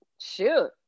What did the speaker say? shoot